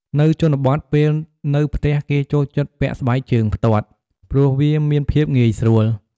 នៅជនបទ ពេលនៅផ្ទះគេចូលចិត្តពាក់ស្បែកជើងផ្ទាត់ ព្រោះវាមានភាពងាយស្រួល។